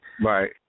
Right